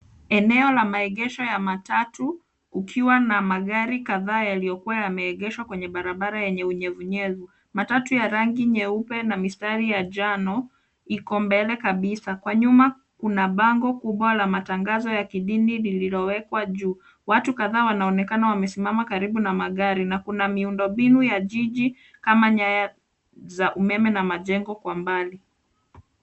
Eneo la maegesho ya matatu kukiwa na magari kadhaa yaliyokuwa yameegeshwa kwenye barabara yenye unyevunyevu. Matatu ya rangi nyeupe na mistari ya njano iko mbele kabisa. Kwa nyuma kuna bango kubwa la matangazo ya kidini lililowekwa juu. Watu kadhaa wanaonekana wamesimama karibu na magari na kuna miundombinu ya jiji kama nyaya za umeme na majengo kwa mbali.